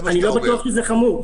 אני לא בטוח שזה חמור.